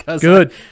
Good